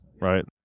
Right